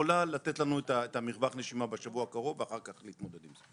יכולה לתת לנו את מרווח הנשימה בשבוע הקרוב ואחר כך להתמודד עם זה.